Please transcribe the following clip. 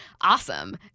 Awesome